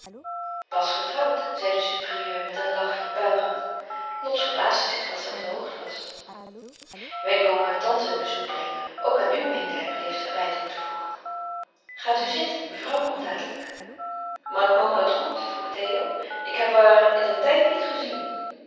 pas getrouwd zei de supérieure met een lachje buigend lot verbaasde zich dat zij op de hoogte was wij komen tante een bezoek brengen ook aan u meende hij beleefd er bij te moeten voegen gaat u zitten mevrouw komt dadelijk maakt mama het goed vroeg theo ik heb haar in een tijd niet gezien